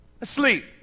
asleep